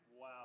Wow